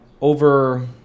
over